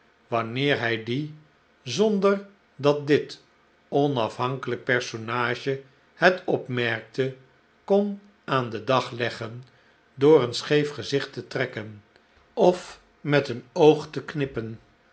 wanneer hij die zonder dat dit onafhankelijk personage het opmerkte kon aan den dag leggen door een scheef gezicht te trekken of met een oog te knippen